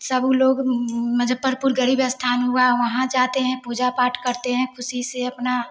सब लोग मुज़्फ़्फ़रपुर ग़रीब स्थान हुआ वहाँ जाते हैं पूजा पाठ करते हैं ख़ुशी से अपना